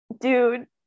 dude